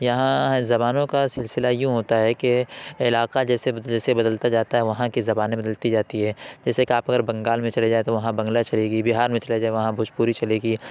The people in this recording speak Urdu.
یہاں زبانوں کا سلسلہ یوں ہوتا ہے کہ علاقہ جیسے جیسے بدلتا جاتا ہے وہاں کی زبانیں بدلتی جاتی ہے جیسے کہ آپ اگر بنگال میں چلے جائیں تو وہاں بنگلہ چلے گی بہار میں چلے جائیں وہاں بھوج پوری چلے گی